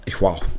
Wow